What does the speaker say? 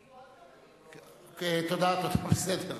היו עוד כמה, תודה, בסדר.